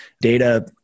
Data